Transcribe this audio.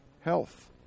health